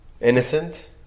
innocent